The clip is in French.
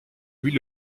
louis